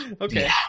Okay